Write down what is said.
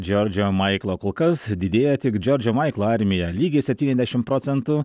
džordžo maiklo kol kas didėja tik džordžo maiklo armija lygiai septyniasdešimt procentų